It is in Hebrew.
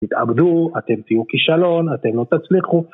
תתאבדו, אתם תהיו כישלון, אתם לא תצליחו.